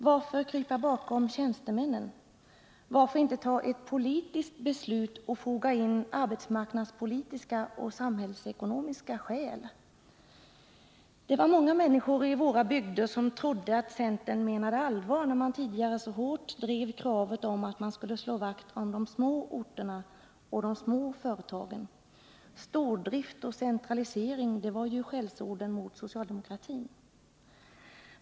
Varför krypa bakom tjänstemännen? Varför inte ta ett politiskt beslut och foga in arbetsmarknadspolitiska och samhällsekonomiska skäl? Det var många människor i våra bygder som trodde att centern menade allvar när man tidigare så hårt drev kravet om att man skulle slå vakt om de små orterna och de små företagen. Stordrift och centralisering var ju skällsorden mot socialdemokratin.